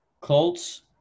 Colts